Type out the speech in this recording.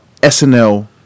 SNL